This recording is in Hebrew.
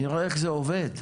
נראה איך זה עובד.